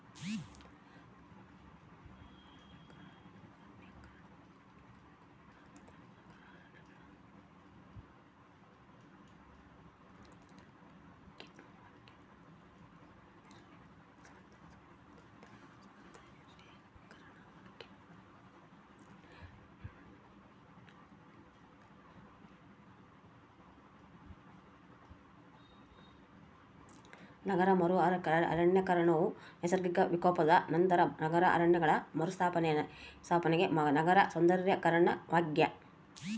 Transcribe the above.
ನಗರ ಮರು ಅರಣ್ಯೀಕರಣವು ನೈಸರ್ಗಿಕ ವಿಕೋಪದ ನಂತರ ನಗರ ಅರಣ್ಯಗಳ ಮರುಸ್ಥಾಪನೆ ನಗರ ಸೌಂದರ್ಯೀಕರಣವಾಗ್ಯದ